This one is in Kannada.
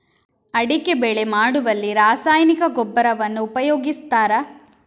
ಅಡಿಕೆ ಬೆಳೆ ಮಾಡುವಲ್ಲಿ ರಾಸಾಯನಿಕ ಗೊಬ್ಬರವನ್ನು ಉಪಯೋಗಿಸ್ತಾರ?